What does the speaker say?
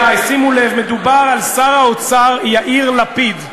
שימו לב, מדובר על שר האוצר יאיר לפיד.